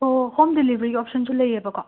ꯑꯣ ꯍꯣꯝ ꯗꯤꯂꯤꯕꯔꯤꯒꯤ ꯑꯣꯞꯁꯟꯁꯨ ꯂꯩꯌꯦꯕ ꯀꯣ